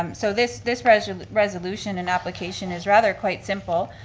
um so this this resolution resolution and application is rather quite simple.